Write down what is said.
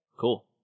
cool